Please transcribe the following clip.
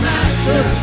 Master